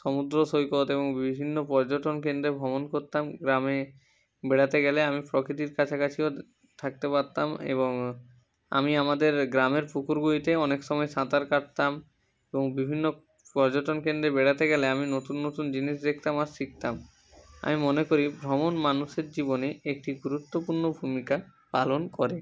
সমুদ্র সৈকত এবং বিভিন্ন পর্যটন কেন্দ্রে ভ্রমণ করতাম গ্রামে বেড়াতে গেলে আমি প্রকৃতির কাছাকাছিও থাকতে পারতাম এবং আমি আমাদের গ্রামের পুকুরগুলিতে অনেক সময় সাঁতার কাটতাম এবং বিভিন্ন পর্যটন কেন্দ্রে বেড়াতে গেলে আমি নতুন নতুন জিনিস দেখতাম আর শিখতাম আমি মনে করি ভ্রমণ মানুষের জীবনে একটি গুরুত্বপূর্ণ ভূমিকা পালন করে